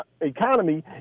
economy